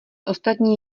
ostatní